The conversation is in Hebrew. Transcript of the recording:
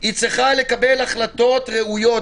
היא צריכה לקבל החלטות ראויות,